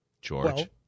George